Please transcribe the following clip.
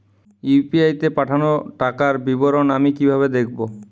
UPI তে পাঠানো টাকার বিবরণ আমি কিভাবে দেখবো?